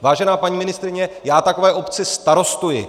Vážená paní ministryně, já takové obci starostuji.